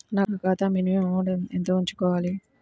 నా ఖాతా minimum amount ఎంత ఉంచుకోవాలి?